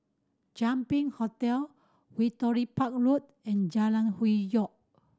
Champion Hotel Victoria Park Road and Jalan Hwi Yoh